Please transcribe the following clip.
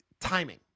timing